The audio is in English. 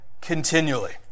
continually